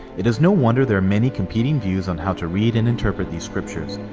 it is no wonder there are many competing views on how to read and interpret these scriptures.